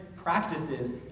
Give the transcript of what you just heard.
Practices